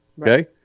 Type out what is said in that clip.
Okay